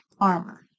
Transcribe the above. armor